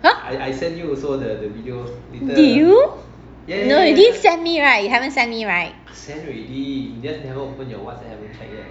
!huh! did you no you didn't send me right you haven't send me right